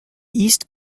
east